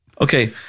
Okay